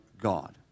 God